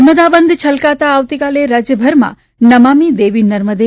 નર્મદા બંધ છલકાતા આવતીકાલે રાજ્યભરમાં નમામિ દેવી નર્મદે